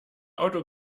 auto